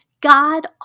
God